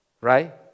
right